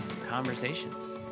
Conversations